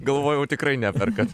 galvojau tikrai neperkat